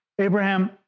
Abraham